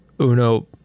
Uno